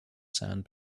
sand